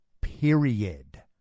period